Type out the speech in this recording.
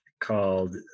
called